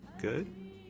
good